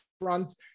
front